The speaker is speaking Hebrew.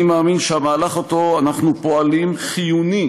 אני מאמין שהמהלך שאותו אנחנו פועלים לקדם חיוני